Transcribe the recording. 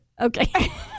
Okay